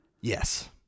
Yes